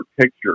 picture